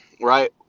Right